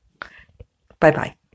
Bye-bye